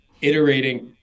iterating